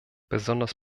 besonders